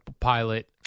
pilot